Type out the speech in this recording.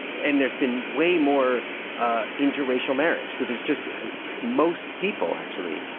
and there's been way more interracial marriage. so there's just most people, actually,